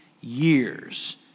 years